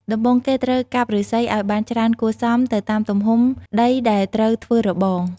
ដំបូងគេត្រូវកាប់ឬស្សីឱ្យបានច្រើនគួរសមទៅតាមទំហំដីដែលត្រូវធ្វើរបង។